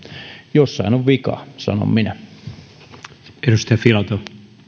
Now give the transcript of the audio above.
jossain on vika sanon minä